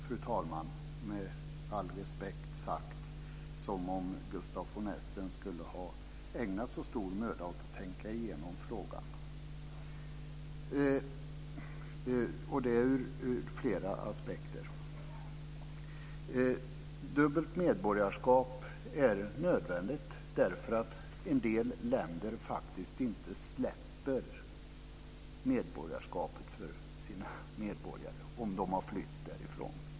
Med all respekt så verkar det inte som om Gustaf von Essen skulle ha ägnat så stor möda åt att tänka igenom frågan - och det ur flera aspekter. Dubbelt medborgarskap är nödvändigt därför att en del länder faktiskt inte släpper medborgarskapet för sina medborgare om de har flytt därifrån.